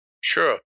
sure